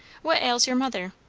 what ails your mother?